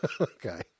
Okay